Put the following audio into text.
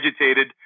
agitated